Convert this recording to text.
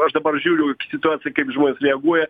aš dabar žiūriu į situaciją kaip žmonės reaguoja